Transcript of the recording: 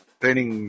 training